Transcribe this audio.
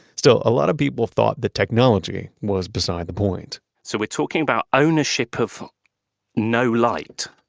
still, a lot of people thought the technology was beside the point so we're talking about ownership of no light.